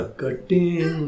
cutting